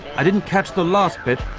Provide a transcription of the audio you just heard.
i didn't catch the last bit,